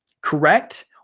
correct